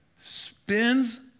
spins